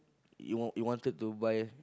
you want you wanted to buy